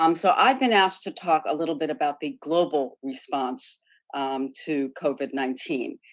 um so, i've been asked to talk a little bit about the global response to covid nineteen.